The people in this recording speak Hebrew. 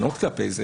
טענות כלפי זה,